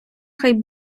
хай